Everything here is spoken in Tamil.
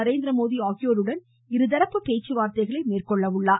நரேந்திரமோடி ஆகியோருடன் இருதரப்பு பேச்சுவார்த்தைகளை மேற்கொள்கிறார்